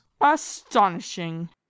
astonishing